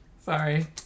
Sorry